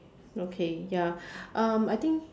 okay ya um I think